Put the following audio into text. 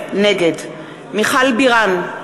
נגד מיכל בירן,